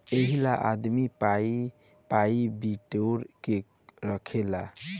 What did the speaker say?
एहिला आदमी पाइ पाइ बिटोर के रखेला